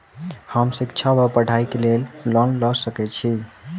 हम शिक्षा वा पढ़ाई केँ लेल लोन लऽ सकै छी?